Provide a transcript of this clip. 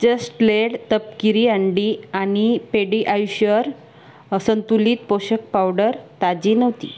just laid तपकिरी अंडी आणि पेडीआयश्युअर असंतुलित पोषक पावडर ताजी नव्हती